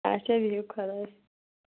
اَچھا بِہِو خۄدایَس